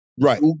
Right